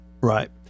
Right